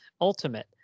ultimate